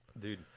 Dude